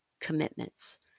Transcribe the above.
commitments